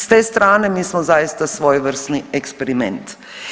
S te strane mi smo zaista svojevrsni eksperiment.